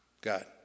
God